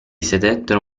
sedettero